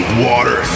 water